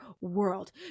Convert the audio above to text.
world